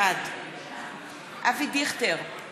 בעד אבי דיכטר,